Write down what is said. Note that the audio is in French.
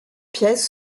pièces